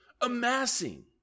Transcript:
amassing